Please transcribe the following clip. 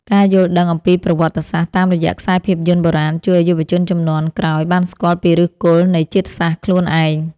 ការយល់ដឹងអំពីប្រវត្តិសាស្ត្រតាមរយៈខ្សែភាពយន្តបុរាណជួយឱ្យយុវជនជំនាន់ក្រោយបានស្គាល់ពីឫសគល់នៃជាតិសាសន៍ខ្លួនឯង។